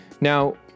Now